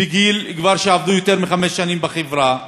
שעבדו כבר יותר מחמש שנים בחברה,